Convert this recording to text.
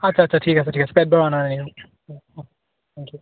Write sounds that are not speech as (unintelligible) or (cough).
আচ্ছ আচ্ছা ঠিক আছে ঠিক আছে (unintelligible) থেংক ইউ